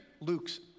Luke's